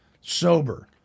sober